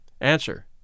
Answer